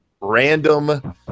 random